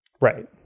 Right